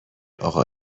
اقا